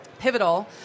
Pivotal